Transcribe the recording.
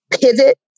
pivot